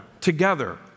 together